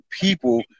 people